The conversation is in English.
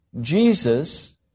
Jesus